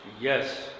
yes